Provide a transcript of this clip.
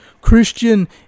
Christian